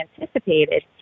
anticipated